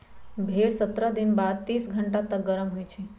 भेड़ सत्रह दिन बाद तीस घंटा तक गरम होइ छइ